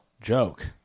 joke